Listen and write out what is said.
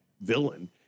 villain